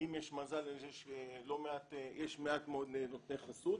ואם יש מזל יש מעט מאוד נותני חסות